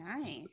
Nice